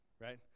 right